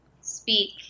speak